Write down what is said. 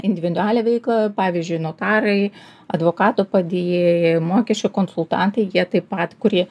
individualią veiklą pavyzdžiui notarai advokatų padėjėjai mokesčių konsultantai jie taip pat kurie